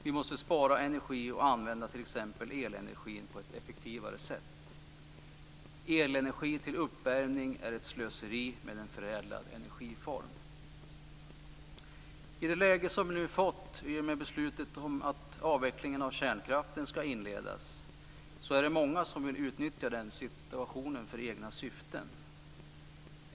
Vi måste spara energi och t.ex. använda elenergin på ett effektivare sätt. Elenergi till uppvärmning är ett slöseri med en förädlad energiform. I det läge som vi nu fått, i och med beslutet om att avvecklingen av kärnkraften skall inledas, finns det många som vill utnyttja situationen för egna syften.